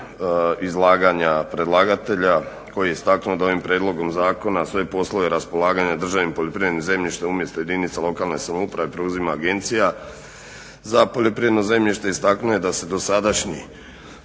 izlaganja predlagatelja koji je istaknuo da ovim prijedlogom zakona sve poslove raspolaganja državnim poljoprivrednim zemljištem umjesto jedinica lokalne samouprave preuzima agencija za poljoprivredno zemljište istaknuo je da se dosadašnji,